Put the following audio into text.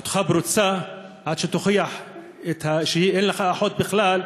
אחותך פרוצה עד שתוכיח שאין לך אחות בכלל,